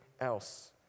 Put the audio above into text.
else